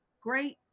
great